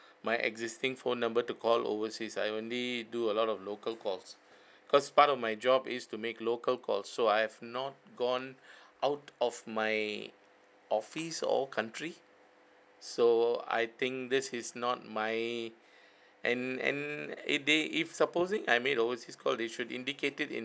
my existing phone number to call overseas I only do a lot of local calls cause part of my job is to make local call so I have not gone out of my office or country so I think this is not my and and it they if supposing I made overseas call they should indicate it in